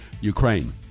Ukraine